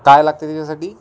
काय लागते त्याच्यासाठी